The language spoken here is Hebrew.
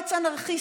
קומץ אנרכיסטים,